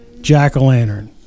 Jack-o'-lantern